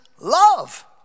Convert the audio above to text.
love